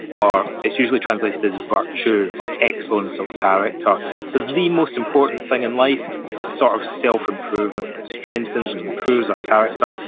or it's usually translated as virtue, or excellence of character. so, the most important thing in life is a sort of self-improvement that strengthens and improves our character,